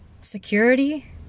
security